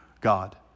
God